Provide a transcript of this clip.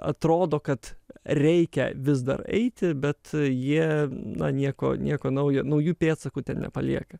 atrodo kad reikia vis dar eiti bet jie na nieko nieko naujo naujų pėdsakų ten nepalieka